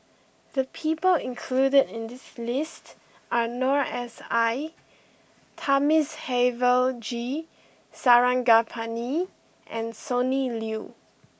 the people includ in this list are Noor S I Thamizhavel G Sarangapani and Sonny Liew